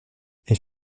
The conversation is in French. elle